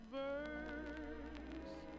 verse